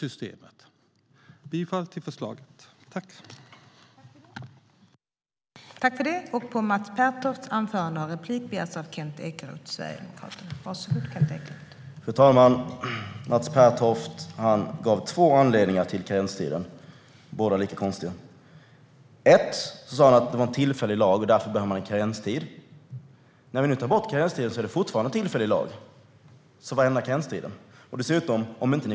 Jag yrkar bifall till förslaget i betänkandet.